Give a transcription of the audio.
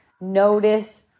notice